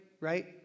right